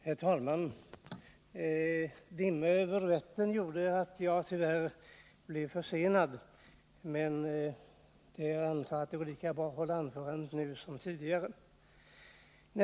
Herr talman! Dimma över Vättern gjorde att jag tyvärr blev försenad, men jag antar att det går lika bra att jag håller mitt anförande nu.